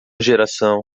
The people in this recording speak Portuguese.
geração